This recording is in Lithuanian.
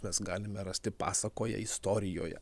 mes galime rasti pasakoje istorijoje